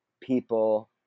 people